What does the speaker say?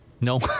No